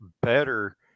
better